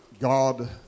God